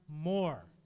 more